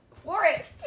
Forest